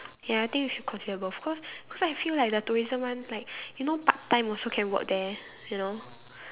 ya I think you should consider both cause cause I feel like the tourism one like you know part time also can work there you know